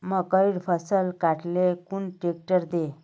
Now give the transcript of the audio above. मकईर फसल काट ले कुन ट्रेक्टर दे?